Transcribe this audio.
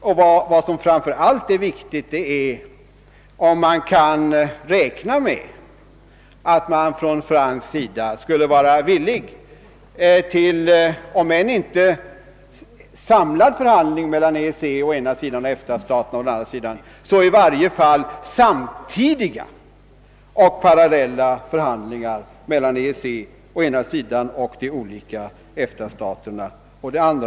Och vad som framför allt är viktigt är att få veta, om man kan räkna med att fransmännen skulle vara villiga att gå med på, om än inte samlade förhandlingar mellan å ena sidan EEC och EFTA-staterna å den andra så i varje fall samtidiga och parallella förhandlingar mellan dessa två parter.